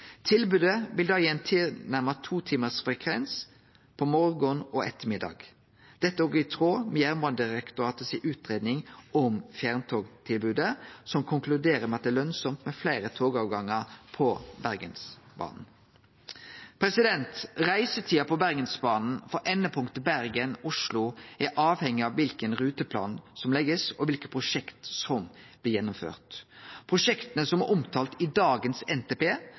Tilbodet vil da gi ein tilnærma totimarsfrekvens morgon og ettermiddag. Dette er òg i tråd med Jernbanedirektoratets utgreiing om fjerntogtilbodet, som konkluderer med at det er lønsamt med fleire togavgangar på Bergensbanen. Reisetida på Bergensbanen frå endepunkta Bergen og Oslo er avhengige av kva ruteplan som blir lagd, og kva prosjekt som blir gjennomførte. Prosjekta som er omtalte i dagens NTP,